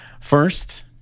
First